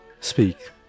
speak